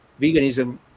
veganism